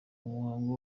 muhango